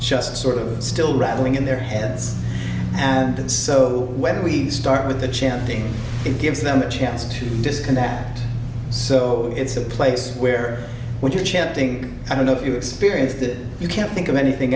just sort of still rattling in their heads and so when we start with the chanting it gives them a chance to disconnect so it's a place where when you're chanting i don't know if you experience that you can't think of anything